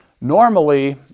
Normally